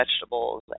vegetables